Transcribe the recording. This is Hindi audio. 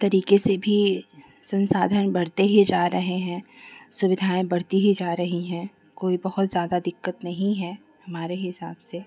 तरीके से भी संसाधन बढ़ते ही जा रहे हैं सुविधाएँ बढ़ती ही जा रही हैं कोई बहुत ज़्यादा दिक्कत नहीं है हमारे हिसाब से